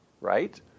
right